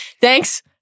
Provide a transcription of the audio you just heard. Thanks